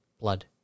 blood